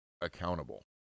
accountable